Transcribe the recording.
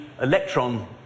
electron